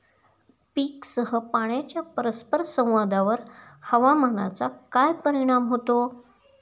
पीकसह पाण्याच्या परस्पर संवादावर हवामानाचा काय परिणाम होतो?